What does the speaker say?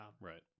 Right